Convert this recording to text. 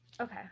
Okay